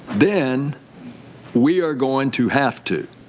then we are going to have to,